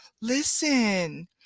listen